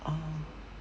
oh